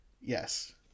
Yes